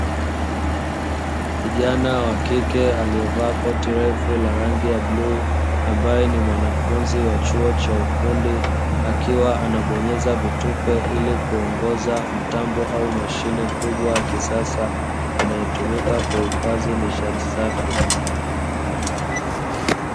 Kijana wa kike aliyevaa koti refu la rangi ya bluu, ambaye ni mwanafunzi wa chuo cha ufundi akiwa anabonyeza vitufe ili kuongoza mtambo au mashine kubwa ya kisasa inayotumika kuhifadhi nishati safi.